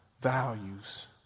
values